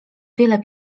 wiele